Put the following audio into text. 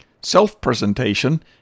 Self-Presentation